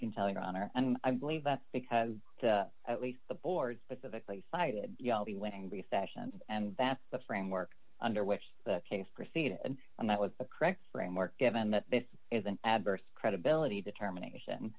can tell your honor and i believe that because at least the board specifically cited you'll be waiting recession and that's the framework under which the case proceeded and and that was the correct framework given that this is an adverse credibility determination